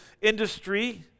industry